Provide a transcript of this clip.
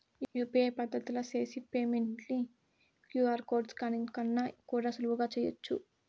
UPI పద్దతిల చేసి payment ని క్యూ.ఆర్ కోడ్ స్కానింగ్ కన్నా కూడా సులువుగా చేయచ్చు